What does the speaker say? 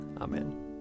Amen